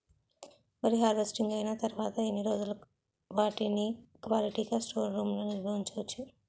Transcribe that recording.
వరి హార్వెస్టింగ్ అయినా తరువత ఎన్ని రోజులు వాటిని క్వాలిటీ గ స్టోర్ రూమ్ లొ నిల్వ ఉంచ వచ్చు?